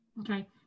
Okay